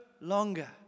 longer